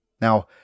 Now